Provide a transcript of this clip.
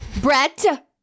Brett